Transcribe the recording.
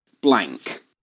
blank